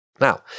Now